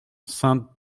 sainte